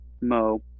Mo